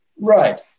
Right